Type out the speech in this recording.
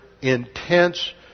intense